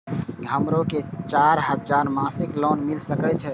हमरो के चार हजार मासिक लोन मिल सके छे?